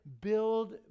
build